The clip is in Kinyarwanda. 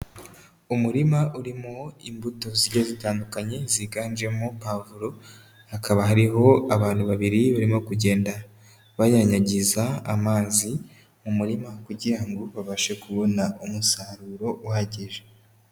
Umurima urimo imbuto zigeye zitandukanye ziganjemo pavuro, hakaba hariho abantu babiri barimo kugenda bayanyagiza amazi mu murima kugira ngo babashe kubona umusaruro uhagije.